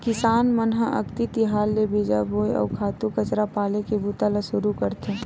किसान मन ह अक्ति तिहार ले बीजा बोए, अउ खातू कचरा पाले के बूता ल सुरू करथे